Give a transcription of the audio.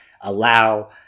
allow